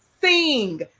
sing